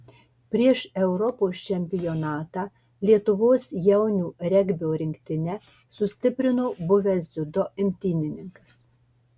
prieš europos čempionatą lietuvos jaunių regbio rinktinę sustiprino buvęs dziudo imtynininkas